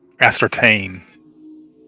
ascertain